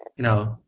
you know,